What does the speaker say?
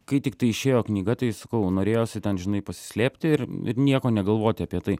kai tiktai išėjo knyga tai sakau norėjosi ten žinai pasislėpti ir nieko negalvoti apie tai